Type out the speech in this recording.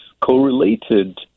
correlated